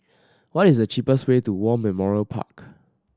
what is the cheapest way to War Memorial Park